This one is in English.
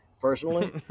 personally